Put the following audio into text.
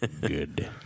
good